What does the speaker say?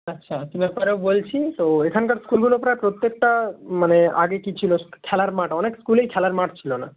আচ্ছা ব্যাপারেও বলছি তো এখানকার স্কুলগুলো প্রায় প্রত্যেকটা মানে আগে কী ছিলো খেলার মাঠ অনেক স্কুলেই খেলার মাঠ ছিলো না